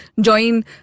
join